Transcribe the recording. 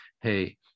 hey